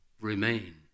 remain